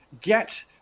get